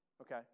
Okay